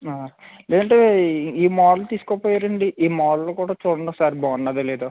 లేదంటే ఈ ఈ మోడల్ తీసుకోక పోయారాండి ఈ మోడల్ కూడా చూడండి ఒకసారి బాగున్నాదో లేదో